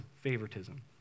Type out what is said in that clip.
favoritism